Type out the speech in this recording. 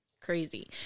crazy